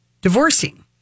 divorcing